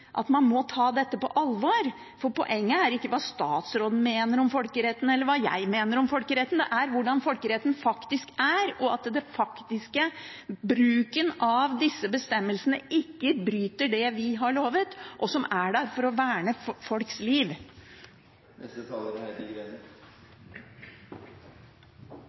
at man må ta dette på alvor. Poenget er ikke hva statsråden mener om folkeretten, eller hva jeg mener om folkeretten. Det er hvordan folkeretten faktisk er, og at den faktiske bruken av disse bestemmelsene ikke bryter det vi har lovet, og som er der for å verne folks liv.